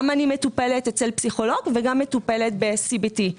גם אני מטופלת אצל פסיכולוג וגם מטופלת ב-CBT.